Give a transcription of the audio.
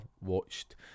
watched